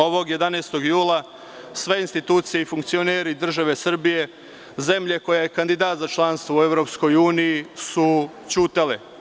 Ovog 11. jula, sve institucije i funkcioneri države Srbije, zemlje koje su kandidat za članstvo u EU, su ćutale.